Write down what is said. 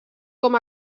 com